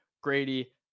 Grady